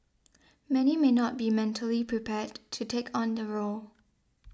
many may not be mentally prepared to take on the role